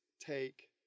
take